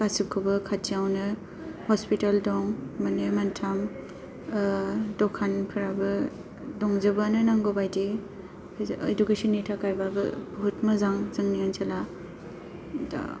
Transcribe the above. गासिबखौबो खाथियावनो हस्पिटेल दं मोननै मोनथाम द'खानफोराबो दंजोबो आनो नांगौबादि इदुकेसननि थाखायबाबो बुहुत मोजां जोंनि ओनसोला